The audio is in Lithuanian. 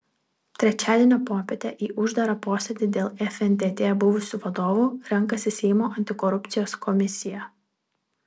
trečiadienio popietę į uždarą posėdį dėl fntt buvusių vadovų renkasi seimo antikorupcijos komisija